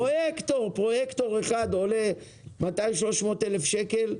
פרויקטור אחד עולה 200,000-300,000 שקל,